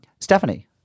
Stephanie